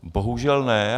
Bohužel ne.